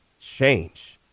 change